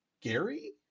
Gary